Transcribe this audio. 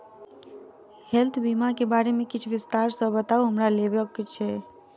Health बीमा केँ बारे किछ विस्तार सऽ बताउ हमरा लेबऽ केँ छयः?